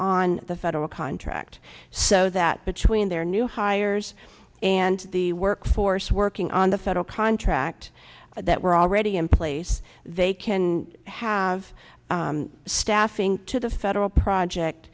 on the federal contract so that between their new hires and the workforce working on the federal contract that were already in place they can have staffing to the federal project